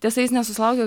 tiesa jis nesusilaukė